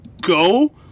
Go